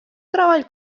treball